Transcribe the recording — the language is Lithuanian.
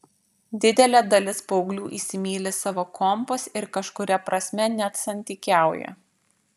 didelė dalis paauglių įsimyli savo kompus ir kažkuria prasme net santykiauja